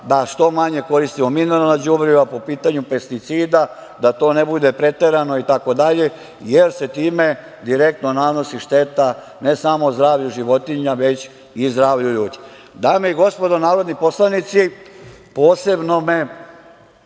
da što manje koristimo mineralna đubriva, po pitanju pesticida da to ne bude preterano itd, jer se time direktno nanosi šteta, ne samo zdravlju životinja, već i zdravlju ljudi. Dame i gospodo narodni poslanici, posebno me